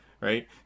right